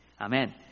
amen